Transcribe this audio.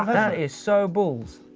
that is so bulls.